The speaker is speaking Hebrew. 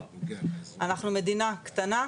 אנחנו מדינה קטנה,